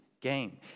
game